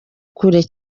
kure